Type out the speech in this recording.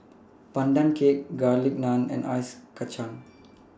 Pandan Cake Garlic Naan and Ice Kachang